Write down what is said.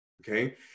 Okay